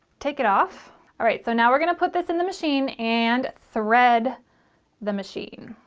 take it off all right so now we're gonna put this in the machine and thread the machine.